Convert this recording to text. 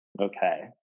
Okay